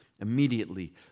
Immediately